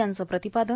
यांचं प्रतिपादन